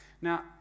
Now